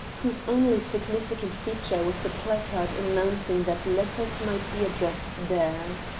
whose only significant feature was a placard announcing that letters might be addressed there.